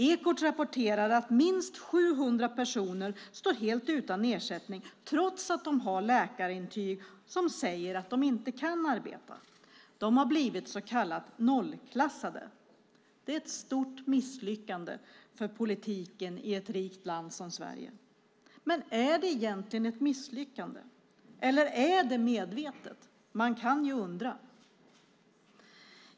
Ekot rapporterar att minst 700 personer står helt utan ersättning trots att de har läkarintyg som säger att de inte kan arbeta. De har blivit vad som kallas för nollklassade. Det är ett stort misslyckande för politiken i ett rikt land som Sverige. Men är det egentligen ett misslyckande, eller är det medvetet? Man kan undra.